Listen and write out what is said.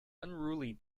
unruly